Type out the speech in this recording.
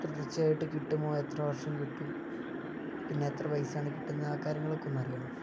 തുടർച്ചയായിട്ട് കിട്ടുമോ എത്ര വർഷം കിട്ടും പിന്നെ എത്ര പൈസയാണ് കിട്ടുന്നത് ആ കാര്യങ്ങളൊക്കെ ഒന്നറിയണം